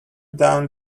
down